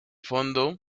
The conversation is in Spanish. fondo